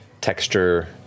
texture